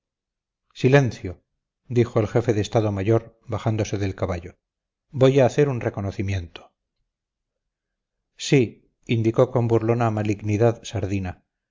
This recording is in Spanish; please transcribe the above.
silencio dijo el jefe de estado mayor bajándose del caballo voy a hacer un reconocimiento sí indicó con burlona malignidad sardina